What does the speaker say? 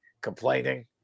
complaining